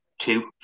two